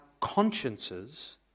consciences